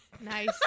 Nice